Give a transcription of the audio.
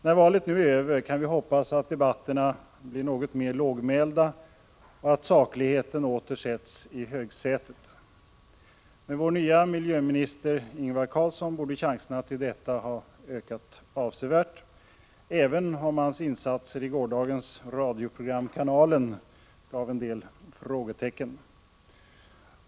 När valet nu är över kan man ju hoppas att debatterna blir något mer lågmälda och att sakligheten åter sätts i högsätet. Med vår nya miljöminister Ingvar Carlsson borde chanserna till detta ha ökat avsevärt, även om hans insats i radioprogrammet Kanalen i går gav en del frågetecken.